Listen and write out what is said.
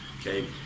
okay